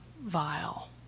vile